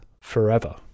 Forever